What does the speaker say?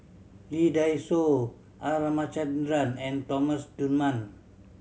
Lee Dai Soh R Ramachandran and Thomas Dunman